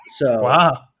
wow